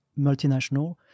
multinational